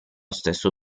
stesso